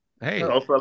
Hey